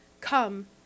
Come